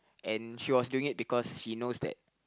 and she was doing it because she knows that